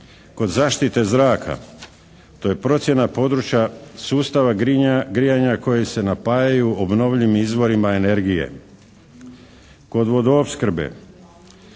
Kod zaštite zraka, to je procjena područja sustava grijanja koja se napajaju obnovljivim izvorima energije. Kod vodoopskrbe,